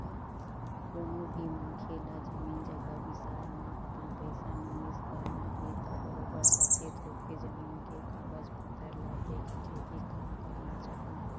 कोनो भी मनखे ल जमीन जघा बिसाए म अपन पइसा निवेस करना हे त बरोबर सचेत होके, जमीन के कागज पतर ल देखके ही काम करना चाही